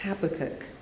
Habakkuk